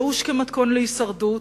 ייאוש כמתכון להישרדות,